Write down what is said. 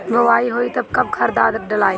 बोआई होई तब कब खादार डालाई?